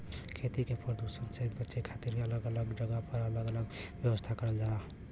खेती के परदुसन से बचे के खातिर अलग अलग जगह पर अलग अलग व्यवस्था करल जाला